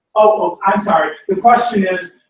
oh, i'm sorry, the question is.